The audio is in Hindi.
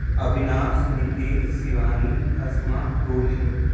अविनास नितीस सिवानी असमा रोली